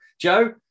Joe